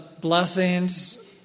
blessings